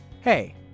Hey